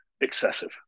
excessive